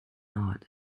art